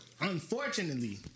unfortunately